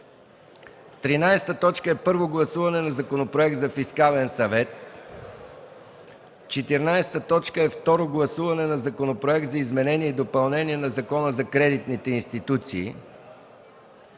13. Първо гласуване на Законопроекта за Фискален съвет. 14. Второ гласуване на Законопроекта за изменение и допълнение на Закона за кредитните институции.